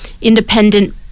independent